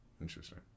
interesting